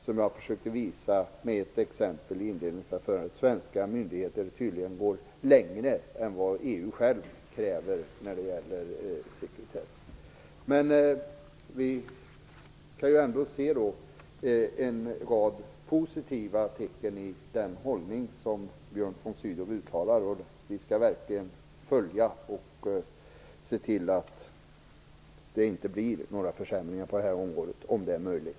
Som jag försökte visa med ett exempel i mitt inledningsanförande går svenska myndigheter tydligen längre än vad EU självt kräver i form av sekretess. Vi kan ändå se en rad positiva tecken i Björn von Sydows hållning. Vi skall verkligen följa upp detta och se till att det inte blir några försämringar på detta område, om så är möjligt.